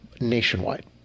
nationwide